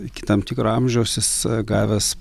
iki tam tikro amžiaus jis gavęs